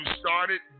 started